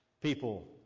people